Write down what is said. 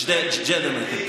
ג'דיידה-מכר.